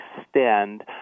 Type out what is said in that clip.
extend